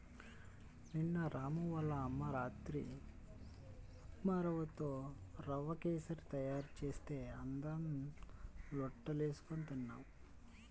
నిన్న రాము వాళ్ళ అమ్మ రాత్రి ఉప్మారవ్వతో రవ్వ కేశరి తయారు చేస్తే అందరం లొట్టలేస్కొని తిన్నాం